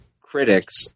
critics